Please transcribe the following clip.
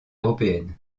européennes